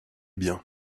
bien